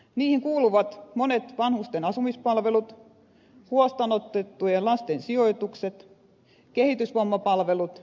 niihin kuuluvat monet vanhusten asumispalvelut huostaan otettujen lasten sijoitukset kehitysvammapalvelut ynnä muuta